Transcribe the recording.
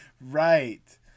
Right